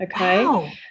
okay